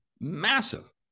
Massive